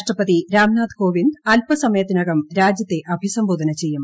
രാഷ്ട്രപതി രാംനാഥ് കോവിന്ദ് അൽപസമയത്തിനകം രാജ്യത്തെ അഭിസംബോധന ചെയ്യും